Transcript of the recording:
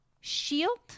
shield